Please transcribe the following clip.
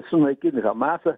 sunakint hamasą